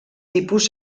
tipus